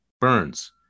burns